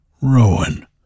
Rowan